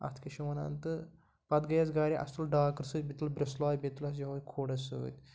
اَتھ کیٛاہ چھِ وَنان تہٕ پَتہٕ گٔیَس گَرِ اَسہِ تُل ڈاکٕر سۭتۍ بیٚیہِ تُل بِرٛسلاے بیٚیہِ تُل اَسہِ یِہوٚے کھوڑ اَسہِ سۭتۍ